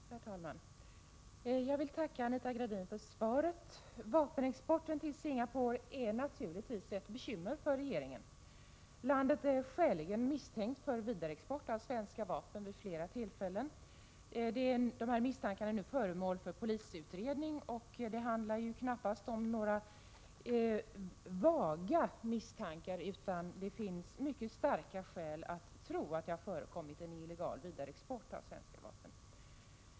Herr talman! Jag vill tacka Anita Gradin för svaret. Vapenexporten till Singapore är naturligtvis ett bekymmer för regeringen. Landet är skäligen misstänkt för vidareexport vid flera tillfällen av svenska vapen. Dessa misstankar är nu föremål för en polisutredning. Det handlar knappast om några vaga misstankar, utan det finns mycket starka skäl att tro att illegal vidareexport av svenska vapen förekommit.